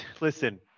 listen